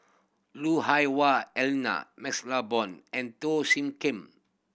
Lui Hah Wah Elena MaxLe Blond and Teo Soon Kim